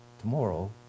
Tomorrow